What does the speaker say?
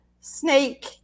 snake